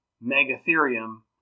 megatherium